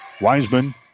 Wiseman